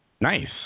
Nice